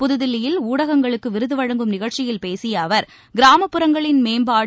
புதுதில்லியில் ஊடகங்களுக்கு விருது வழங்கும் நிகழ்ச்சியில் பேசிய அவர் கிராமப்புறங்களின் மேம்பாடு